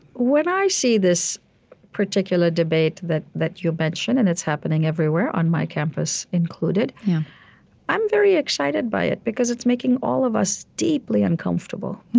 when i see this particular debate that that you mention and it's happening everywhere, on my campus included i'm very excited by it, because it's making all of us deeply uncomfortable.